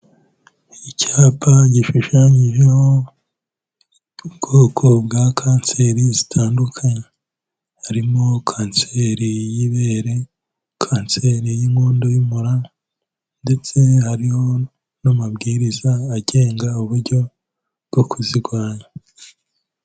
Icyapa gishushanyije ubwoko bwa kanseri zitandukanye, harimo kanseri y'ibere, kanseri y'inkondo y'umura ndetse hariho n'amabwiriza agenga uburyo bwo kuzirwanya.